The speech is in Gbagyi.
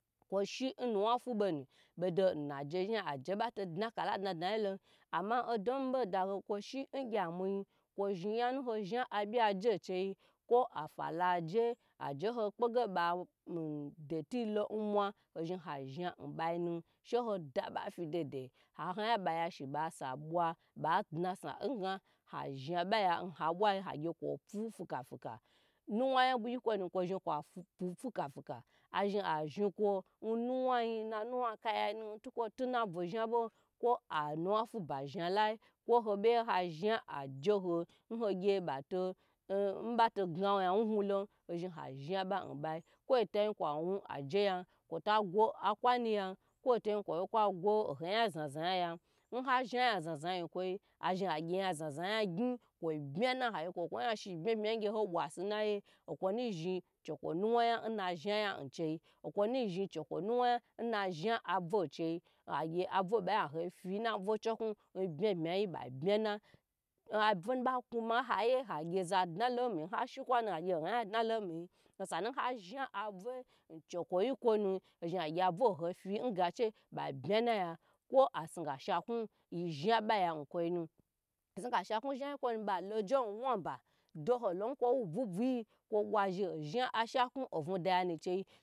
Kwo shi nnuwa fubo nu bodo najayi aje bato dna kala dna dna yi lon ama ama odo ma bo chigu kwo ge amuyi kwo shi azha abya je nucheyi kwo afalo je nba to chegye tu tu yilo ashi azha nbayi nu she ho daba fi dede ha ho yan ba ya shi ba dna osa nga ha shabayan habwayi agye kwo pu fukafuka, nu wa yayi kwo nu bu gyi nkwo nu kwo zhi kwa pu fuku fuka azhn azhi kwo nnuwa yi n nanuwa akayayina nhikwo tu na bwe zhabo kwo anuwa fuba zha lai kwo ho ye ha zha aje ho n ho ge ba to gna wulo azha ba nbai kwoi ta zhi kwa wu aje yan kwo taye kwa gwo akwanuya kwo aya za zayi nha zha ya zaza yi kwo azhi agyi ya zaza yan zhi kwo bya na nwu gyu ho si nnaye akwo nu zhi ciho kwo nuwa yan na zha a bu cheyi agye abwe ba yan fi na bwy chuoku n bye bye bai bya na abwa nba kama agye za dna lomi nha shi kwanu agye za wo ya da lomi osanu ha zha adw n chekwo yi n kwonu agye abwa ba yan zhi n ga che ba bya na yo asnu ka sha ku nkwo nu asuknashaku yayi kwo nu ba lo ngwa ba do ho lo kwo wa nbu buyiyi nkwo da shi a zha asha ku ovu daya nu che